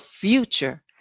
future